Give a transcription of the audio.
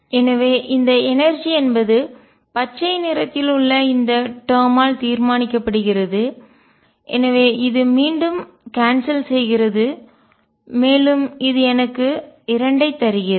எனவே இந்த எனர்ஜிஆற்றல் என்பது பச்சை நிறத்தில் உள்ள இந்த டேர்ம் ஆல் தீர்மானிக்கப்படுகிறது எனவே இது மீண்டும் கான்செல் செய்கிறது மேலும் இது எனக்கு 2 ஐ தருகிறது